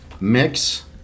mix